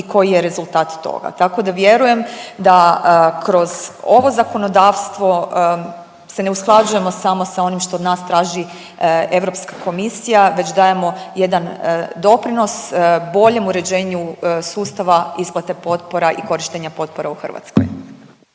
koji je rezultat toga. Tako da vjerujem da kroz ovo zakonodavstvo se ne usklađujemo samo sa onim što od nas traži Europska komisija već dajemo jedan doprinos boljem uređenju sustava isplate potpora i korištenja potpora u Hrvatskoj.